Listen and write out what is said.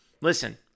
listen